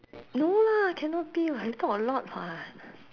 no lah cannot be [what] we talk a lot [what]